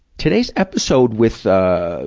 today's episode with, ah,